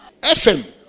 FM